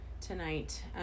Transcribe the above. tonight